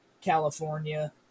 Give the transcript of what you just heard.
California